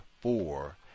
four